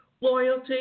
loyalty